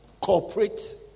cooperate